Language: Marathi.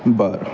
बरं